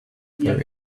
very